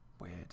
Weird